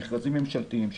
המכרזים ממשלתיים,